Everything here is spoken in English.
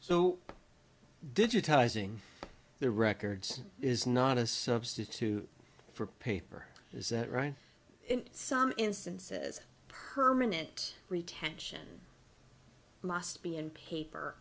so digitizing their records is not a substitute for paper is that right in some instances permanent retention must be in paper